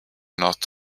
not